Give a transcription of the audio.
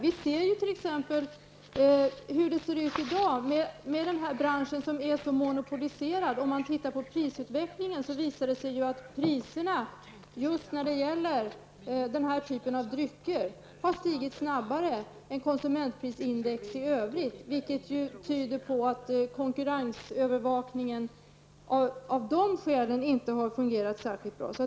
Vi kan ju se hur det ser ut i dag i den här branschen som är så monopoliserad. Om man tittar på prisutvecklingen visar det sig att priserna när det gäller den här typen av drycker har stigit snabbare än konsumentprisindex i övrigt. Det tyder på att konkurrensövervakningen inte har fungerat särskilt bra.